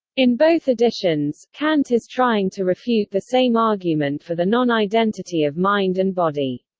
in both editions, kant is trying to refute the same argument for the non-identity of mind and body.